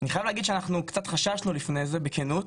אני חייב להגיד שקצת חששנו לפני זה, בכנות,